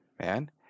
man